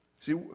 See